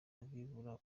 abirabura